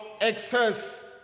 excess